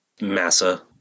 Massa